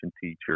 teacher